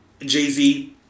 Jay-Z